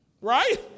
Right